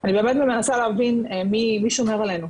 אני באמת מנסה להבין מי שומר עלינו?